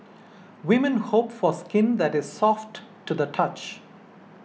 women hope for skin that is soft to the touch